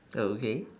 okay